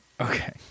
Okay